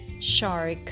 Shark